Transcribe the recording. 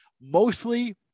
mostly